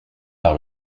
par